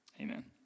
Amen